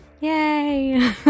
Yay